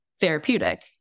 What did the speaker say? therapeutic